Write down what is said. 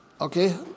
okay